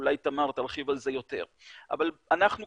אולי תמר תרחיב על זה יותר,